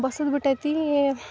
ಬಸದ್ಬಿಟೈತಿ